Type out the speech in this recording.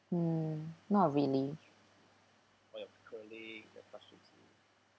hmm not really